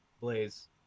Blaze